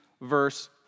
verse